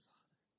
Father